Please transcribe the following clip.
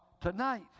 tonight